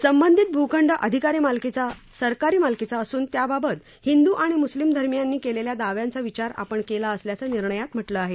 संबंधित भूखंड सरकारी मालकीचा असून त्याबाबत हिंदू आणि मुस्लिम धर्मियांनी केलेल्या दाव्यांचा विचार आपण केला असल्याचं निर्णयात म्हटलं आहे